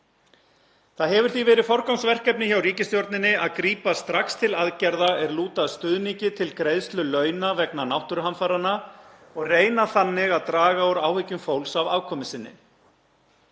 Það hefur því verið forgangsverkefni hjá ríkisstjórninni að grípa strax til aðgerða er lúta að stuðningi til greiðslu launa vegna náttúruhamfaranna og reyna þannig að draga úr áhyggjum fólks af afkomu sinni.